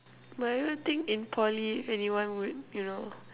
but I don't think in Poly anyone would you know